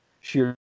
sheer